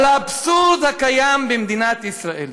עם האבסורד הקיים במדינת ישראל,